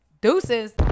Deuces